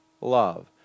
love